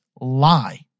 lie